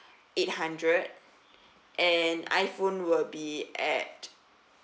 eight hundred and iphone will be at